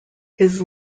his